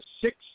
six